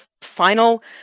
final